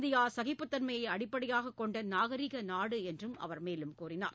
India சகிப்புத்தன்மையை அடிப்படையாகக் கொண்ட நாகரீக நாடு என்றும் அவர் தெரிவித்தார்